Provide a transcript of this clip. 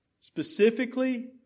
Specifically